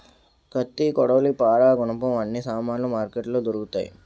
కత్తి కొడవలి పారా గునపం అన్ని సామానులు మార్కెట్లో దొరుకుతాయి